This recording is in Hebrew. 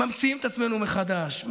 ממציאים את עצמנו מחדש,